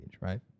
right